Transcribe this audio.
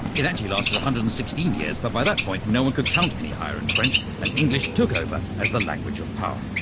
it actually lasted one hundred and sixteen years but by that point no one could count any higher in french and english took over as the language of power.